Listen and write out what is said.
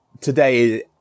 today